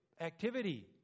activity